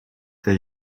der